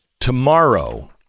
tomorrow